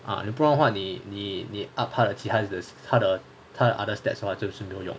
ah 你不然的话你你你 up 他的他的其他的他的 other stats 是没有用的